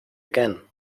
again